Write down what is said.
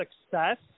success